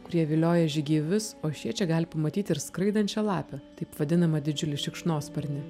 kurie vilioja žygeivius o šie čia gali pamatyti ir skraidančią lapę taip vadinamą didžiulį šikšnosparnį